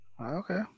okay